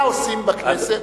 מה עושים בכנסת?